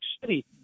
City